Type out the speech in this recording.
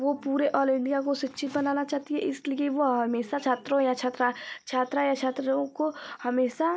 वो पूरे all India को शिक्षित बनाना चाहती है इसलिए वो हमेशा छात्रों या छात्रा छात्रा या छात्रों को हमेशा